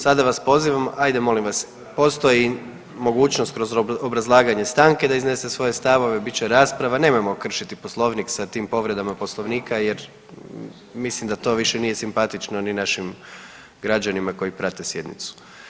Sada vas pozivam, ajde molim vas, postoji mogućnost kroz obrazlaganje stanke da iznese svoje stavove, bit će rasprava, nemojmo kršiti Poslovnik sa tim povredama Poslovnika jer mislim da to više nije simpatično ni našim građanima koji prate sjednicu.